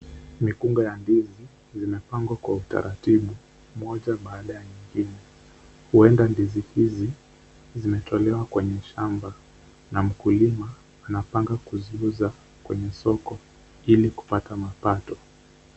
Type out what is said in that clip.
Mikunga ya ndizi. Zimepangwa kwa utaratibu. Moja baada ya nyingine. Huenda ndizi hizi zimetolewa kwenye shamba. Na mkulima anapanga kuziuza kwenye soko ili kupata mapato.